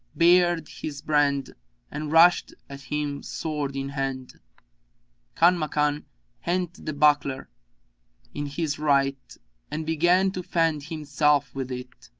bared his brand and rushed at him sword in hand kanmakan hent the buckler in his right and began to fend himself with it,